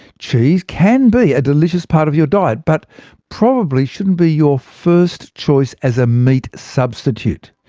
cheese can be a delicious part of your diet but probably shouldn't be your first choice as a meat substitute.